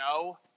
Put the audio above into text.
no